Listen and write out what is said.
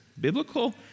biblical